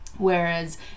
Whereas